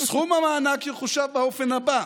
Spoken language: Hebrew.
סכום המענק יחושב באופן הבא: